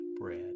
Bread